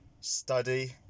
study